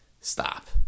stop